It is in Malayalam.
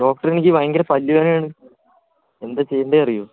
ഡോക്ട്രേ എനിക്ക് ഭയങ്കര പല്ലു വേദനയാണ് എന്താ ചെയ്യേണ്ടത് അറിയുമോ